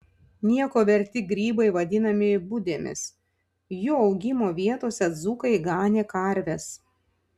nieko verti grybai vadinami budėmis jų augimo vietose dzūkai ganė karves